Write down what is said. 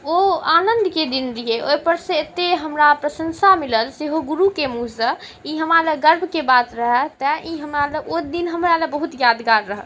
ओ आनन्दके दिन रहै ओहिपरसँ एतेक हमरा प्रशंसा मिलल सेहो गुरुके मुहँसँ ई हमरालए गर्वके बात रहै तऽ हमरा ओ दिन हमरालए बहुत यादगार रहल